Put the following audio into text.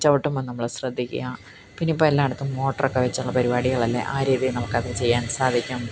ചവിട്ടുമ്പം നമ്മൾ ശ്രദ്ധിക്കുക പിന്നെ ഇപ്പം എല്ലായിടത്തും മോട്ടർ ഒക്കെ വെച്ചുള്ള പരിപാടികളല്ലേ ആ രീതിയില് നമുക്ക് അത് ചെയ്യാന് സാധിക്കും